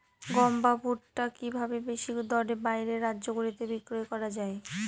গম বা ভুট্ট কি ভাবে বেশি দরে বাইরের রাজ্যগুলিতে বিক্রয় করা য়ায়?